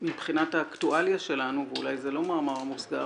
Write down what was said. שמבחינת האקטואליה שלנו ואולי זה לא מאמר מוסגר,